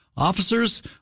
Officers